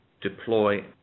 deploy